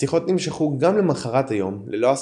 השיחות נמשכו גם למחרת היום ללא הסכמה,